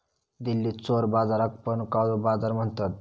दिल्लीत चोर बाजाराक पण काळो बाजार म्हणतत